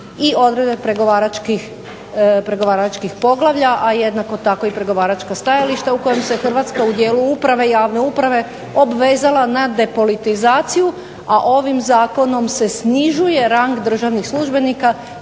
i odredbe pregovaračkih poglavlja, a jednako tako i pregovaračka stajališta u kojem se Hrvatska u dijelu javne uprave obvezala na depolitizaciju, a ovim zakonom se snižuje rang državnih službenika